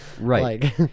Right